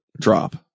drop